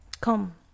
Come